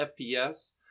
FPS